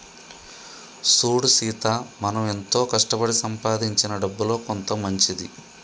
సూడు సీత మనం ఎంతో కష్టపడి సంపాదించిన డబ్బులో కొంత మంచిది